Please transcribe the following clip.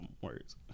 words